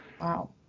Wow